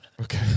okay